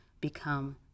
become